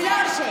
אני לא ארשה.